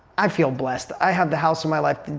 i feel blessed. i have the house of my life.